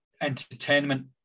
entertainment